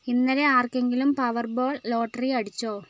ഇന്നലെ ആർക്കെങ്കിലും powerball lottery അടിച്ചോ